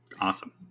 Awesome